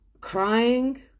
crying